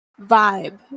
vibe